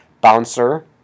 bouncer